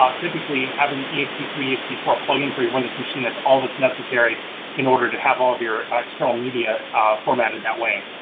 um typically having e x t three, e x t four plugin for your windows machine, that's all that's necessary in order to have all of your external media formatted that way.